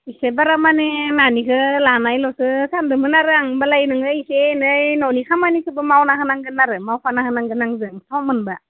एसे बारा मानि नानिखो लानायल'सो सानदोंमोन आरो आं होनब्लालाय नोङो एसे एनै न'निखो खामानिखोबो मावना होनांगोन आरो मावफानो हानांगोन आंजों सम मोनब्ला